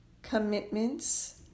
Commitments